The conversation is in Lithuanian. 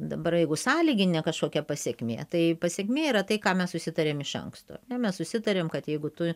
dabar jeigu sąlyginė kažkokia pasekmė tai pasekmė yra tai ką mes susitarėm iš anksto ar ne mes susitarėm kad jeigu tu